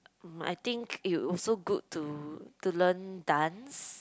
mm I think it would also good to to learn dance